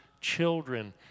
children